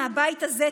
מהבית הזה,